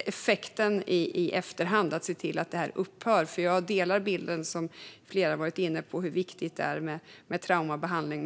effekten i efterhand, nämligen att man ser till att detta upphör. Jag delar bilden av hur viktigt det är med traumabehandling, som flera har varit inne på.